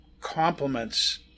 complements